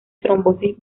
trombosis